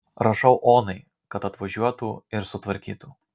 rašau onai kad atvažiuotų ir sutvarkytų